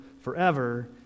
forever